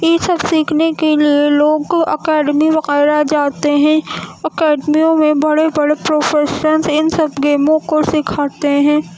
یہ سب سیکھنے کے لیے لوگ اکیڈمی وغیرہ جاتے ہیں اکیڈمیوں میں بڑے بڑے پروفیشنس ان سب گیموں کو سکھاتے ہیں